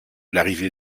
l’arrivée